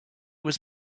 was